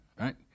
right